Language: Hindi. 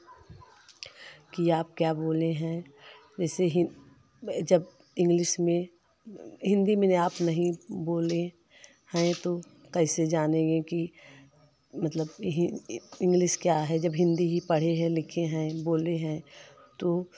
कि आप क्या बोले हैं जैसे हिं जब इंग्लिश में हिंदी में आप नहीं बोले हैं तो कैसे जानेंगे कि मतलब इंग्लिश क्या है जब हिंदी ही पढ़ें है लिखे हैं बोले हैं तो